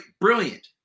brilliant